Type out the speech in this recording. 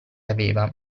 aveva